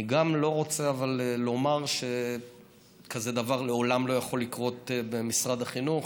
אבל אני גם לא רוצה לומר שכזה דבר לעולם לא יכול לקרות במשרד החינוך.